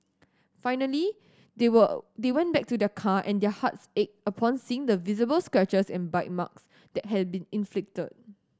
finally they were they went back to their car and hearts ached upon seeing the visible scratches and bite marks that had been inflicted